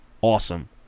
awesome